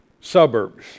suburbs